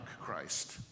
Christ